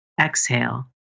exhale